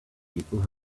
people